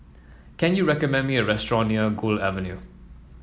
can you recommend me a restaurant near Gul Avenue